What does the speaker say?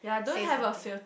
say something